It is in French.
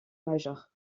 major